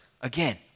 Again